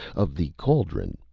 of the cauldron,